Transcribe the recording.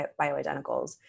bioidenticals